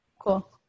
Cool